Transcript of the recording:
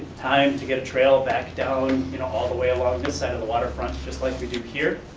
time to get a trail back down you know all the way along this side of the waterfront, just like we do here.